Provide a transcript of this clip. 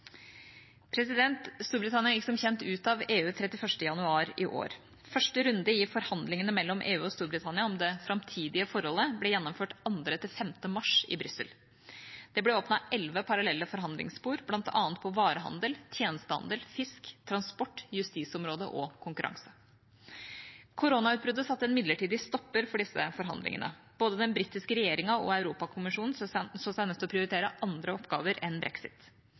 Storbritannia gikk, som kjent, ut av EU 31. januar i år. Første runde i forhandlingene mellom EU og Storbritannia om det framtidige forholdet ble gjennomført 2.–5. mars i Brussel. Det ble åpnet elleve parallelle forhandlingsspor, bl.a. for varehandel, tjenestehandel, fisk, transport, justisområdet og konkurranse. Koronautbruddet satte en midlertidig stopper for disse forhandlingene. Både den britiske regjeringa og Europakommisjonen så seg nødt til å prioritere andre oppgaver enn brexit.